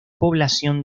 población